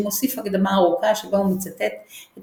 כשהוא מוסיף הקדמה ארוכה שבה הוא מצטט את